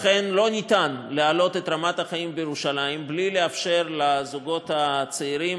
לכן לא ניתן להעלות את רמת החיים בירושלים בלי לאפשר לזוגות הצעירים